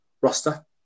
roster